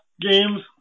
games